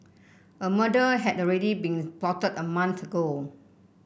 a murder had already been plotted a month ago